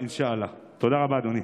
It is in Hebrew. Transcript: אינשאללה.) תודה רבה, אדוני.